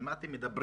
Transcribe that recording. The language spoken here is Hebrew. על מה אתם מדברים?